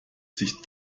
sich